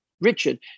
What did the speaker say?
Richard